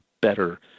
better